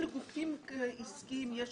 לגופים עסקיים יש